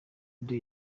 day